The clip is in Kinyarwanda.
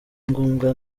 ngombwa